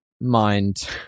mind